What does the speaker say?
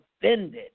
offended